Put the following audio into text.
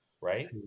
right